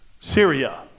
Syria